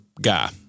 guy